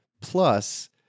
plus